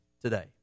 today